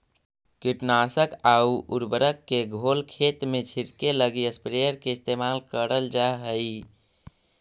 कीटनाशक आउ उर्वरक के घोल खेत में छिड़ऽके लगी स्प्रेयर के इस्तेमाल करल जा हई